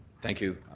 thank you.